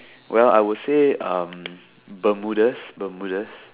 well I would say um bermudas bermudas